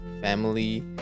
family